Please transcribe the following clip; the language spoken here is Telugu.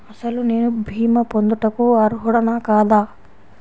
అసలు నేను భీమా పొందుటకు అర్హుడన కాదా?